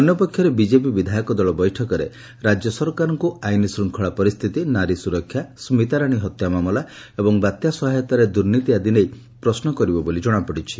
ଅନ୍ୟ ପକ୍ଷରେ ବିଜେପି ବିଧାୟକ ଦଳ ବୈଠକରେ ରାଜ୍ୟ ସରକାରଙ୍କୁ ଆଇନ୍ ଶୂଙ୍ଙଳା ପରିସ୍ଥିତି ନାରୀ ସୁରକ୍ଷା ସ୍କିତାରାଣୀ ହତ୍ୟା ମାମଲା ଏବଂ ବାତ୍ୟା ସହାୟତାରେ ଦୁର୍ନୀତି ଆଦି ନେଇ ପ୍ରଶ୍ନ କରିବ ବୋଲି ଜଣାପଡ଼ିଛି